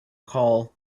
call